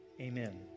Amen